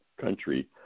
country